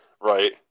Right